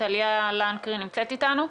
טליה לנקרי נמצאת אתנו?